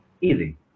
Easy